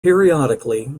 periodically